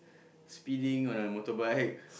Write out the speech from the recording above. speeding on a motorbike